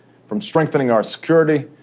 from strengthening our security,